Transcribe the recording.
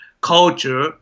culture